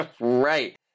Right